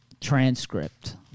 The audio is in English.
transcript